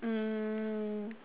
mm